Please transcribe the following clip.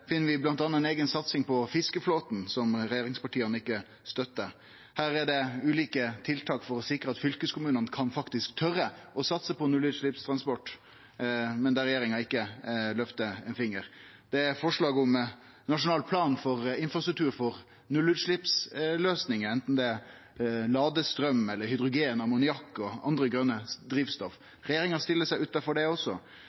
er det ulike tiltak for å sikre at fylkeskommunane faktisk kan tore å satse på nullutsleppstransport, men der regjeringa ikkje løfter ein finger. Det er forslag om nasjonal plan for infrastruktur for nullutsleppsløysing, anten det er ladestraum, hydrogen, ammoniakk eller andre grøne drivstoff. Regjeringa stiller seg utanfor det òg. Ikkje ein gong utgreiing av